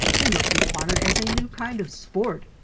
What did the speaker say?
they looked upon it as a new kind of sport,